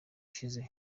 ushize